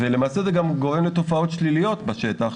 למעשה זה גם גורם לתופעות שליליות בשטח,